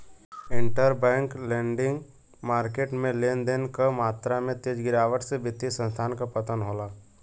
interbank lending market में लेन देन क मात्रा में तेज गिरावट से वित्तीय संस्थान क पतन होला